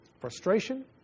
frustration